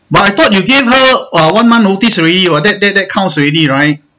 but I thought you give her uh one month notice already [what] that that that counts already right